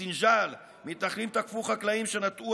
בסינג'יל מתנחלים תקפו חקלאים שנטעו